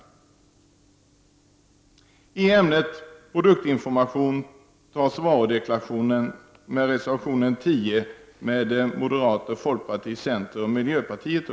När det gäller ämnet produktinformation tas varudeklarationen upp i reservation 10 av moderaterna, folkpartiet, centern och miljöpartiet.